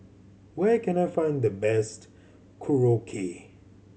where can I find the best Korokke